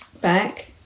back